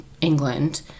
England